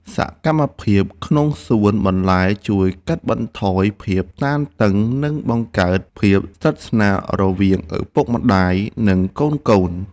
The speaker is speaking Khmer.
សកម្មភាពក្នុងសួនបន្លែជួយកាត់បន្ថយភាពតានតឹង និងបង្កើតភាពស្និទ្ធស្នាលរវាងឪពុកម្តាយ និងកូនៗ។